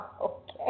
Okay